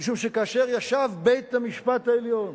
משום שכאשר ישב בית-המשפט העליון